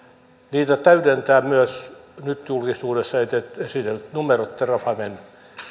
niitä täydentävät myös nyt julkisuudessa esitellyt numerot terrafamen